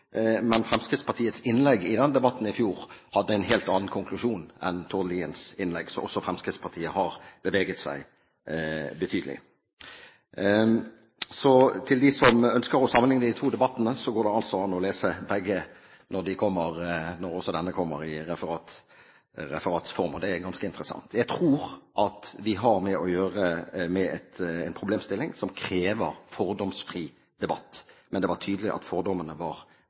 hadde en helt annen konklusjon enn Tord Liens innlegg, så også Fremskrittspartiet har beveget seg betydelig. Så for dem som ønsker å sammenligne de to debattene, går det an å lese begge når også denne kommer i referats form. Det er ganske interessant. Jeg tror at vi har å gjøre med en problemstilling som krever fordomsfri debatt. Men det er tydelig at fordommene var